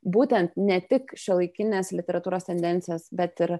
būtent ne tik šiuolaikinės literatūros tendencijas bet ir